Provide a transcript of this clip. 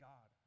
God